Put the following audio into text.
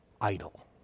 idol